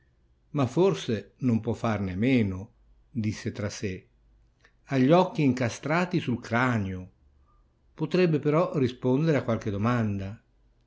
ma forse non può farne a meno disse fra sè ha gli occhi incastrati sul cranio potrebbe però rispondere a qualche domanda come